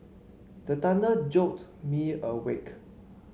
the thunder jolt me awake